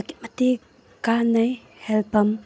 ꯑꯗꯨꯛꯀꯤ ꯃꯇꯤꯛ ꯀꯥꯟꯅꯩ ꯍꯦꯜ ꯄꯝ